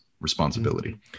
responsibility